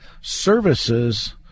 services